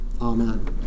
amen